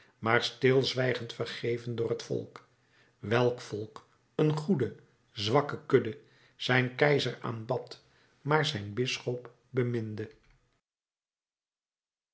maar stilzwijgend vergeven door het volk welk volk een goede zwakke kudde zijn keizer aanbad maar zijn bisschop beminde